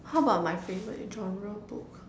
how about my favorite genre book